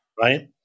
Right